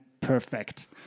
perfect